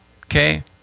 okay